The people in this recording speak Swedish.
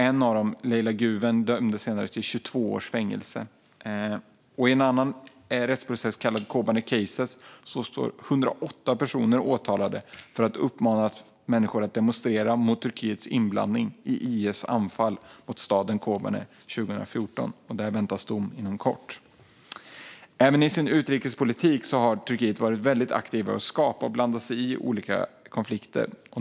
En av dem, Leyla Güven, dömdes senare till 22 års fängelse. I en annan rättsprocess, kallad Kobane case, står 108 personer åtalade för att ha uppmanat människor att demonstrera mot Turkiets inblandning i IS anfall mot staden Kobane 2014. Där väntas dom inom kort. Även i sin utrikespolitik har Turkiet varit väldigt aktivt i att skapa och blanda sig i olika konflikter.